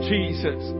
Jesus